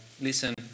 listen